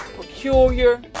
peculiar